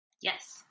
Yes